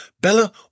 Bella